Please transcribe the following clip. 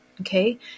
okay